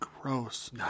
Gross